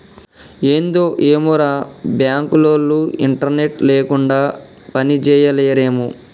ఏందో ఏమోరా, బాంకులోల్లు ఇంటర్నెట్ లేకుండ పనిజేయలేరేమో